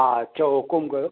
हा चओ हुकुमु कयो